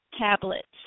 tablets